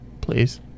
Please